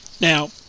Now